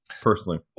personally